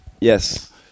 Yes